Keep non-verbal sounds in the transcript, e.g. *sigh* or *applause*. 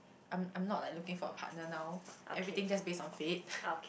I'm I'm not like looking for a partner now everything just base on fate *breath*